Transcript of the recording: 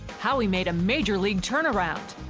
how he made a major league turnaround.